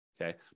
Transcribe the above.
okay